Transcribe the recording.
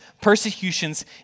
persecutions